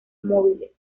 móviles